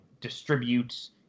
distributes